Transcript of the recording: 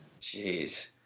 Jeez